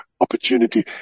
opportunity